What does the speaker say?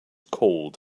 cold